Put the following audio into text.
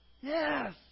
Yes